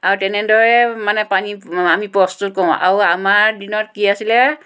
আৰু তেনেদৰে মানে পানী আমি প্ৰস্তুত কৰোঁ আৰু আমাৰ দিনত কি আছিলে